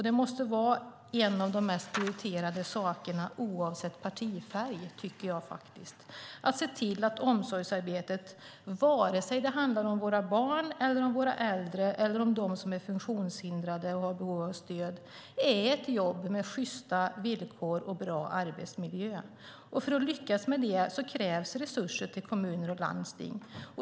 Det måste vara en av de mest prioriterade sakerna, oavsett partifärg, att se till att omsorgsarbetet, antingen det handlar om våra barn, om våra äldre eller om dem som är funktionshindrade och har behov av stöd, är ett jobb med sjysta villkor och bra arbetsmiljö. För att lyckas med det krävs resurser till kommuner och landsting.